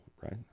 right